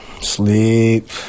Sleep